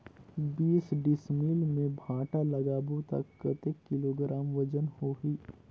बीस डिसमिल मे भांटा लगाबो ता कतेक किलोग्राम वजन होही?